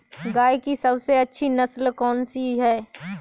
गाय की सबसे अच्छी नस्ल कौनसी है?